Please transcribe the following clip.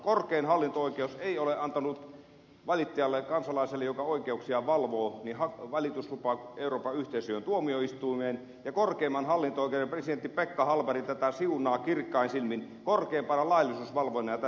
korkein hallinto oikeus ei ole antanut valittajalle kansalaiselle joka oikeuksiaan valvoo valituslupaa euroopan yhteisöjen tuomioistuimeen ja korkeimman hallinto oikeuden presidentti pekka hallberg tätä siunaa kirkkain silmin korkeimpana laillisuusvalvojana tässä maassa